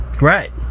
Right